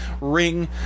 ring